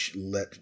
let